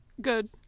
Good